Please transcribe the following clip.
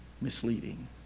misleading